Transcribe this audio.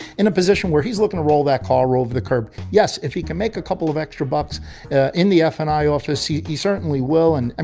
in a position where he's looking to roll that car over the curb. yes. if he can make a couple of extra bucks in the f and i office, yeah he certainly will. and, i